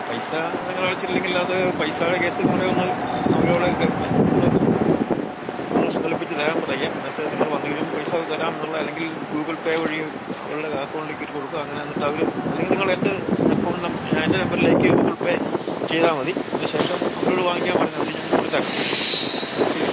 പൈസ നിങ്ങള് അടച്ചില്ലെങ്കിലത് പൈസ കേഷും കൂടെ ഒന്ന് അവരോട് ഒന്ന് ഒന്ന് സംഘടിപ്പിച്ചു തരാൻ പറയുക എന്നിട്ട് നിങ്ങള് വന്നുകഴിയുമ്പോള് പൈസ തരാമെന്നുള്ള അല്ലെങ്കിൽ ഗൂഗിൾ പേ വഴിയോ അവരുടെ അക്കൗണ്ടിലേക്കു കയറ്റിക്കൊടുക്കുക എങ്ങനാന്നിട്ടവര് അല്ലെങ്കില് നിങ്ങളെൻ്റെ അക്കൗണ്ട് എൻ്റെ നമ്പറിലേക്ക് ഗൂഗ്ൾ പേ ചെയ്താല് മതി അതിനുഷം അവരോടു വാങ്ങിക്കാന് പറഞ്ഞാല് മതി ഞങ്ങൾ കൊടുത്തേക്കാം അങ്ങനെ ചെയ്യാം